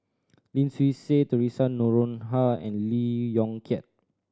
Lim Swee Say Theresa Noronha and Lee Yong Kiat